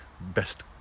best